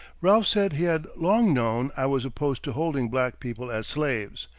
ralph said he had long known i was opposed to holding black people as slaves,